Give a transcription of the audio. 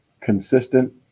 consistent